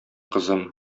кызым